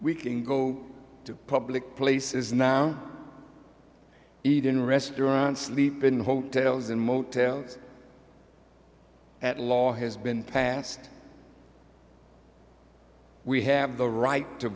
we can go to public places now eat in restaurants sleep in hotels and motels at law has been passed we have the right to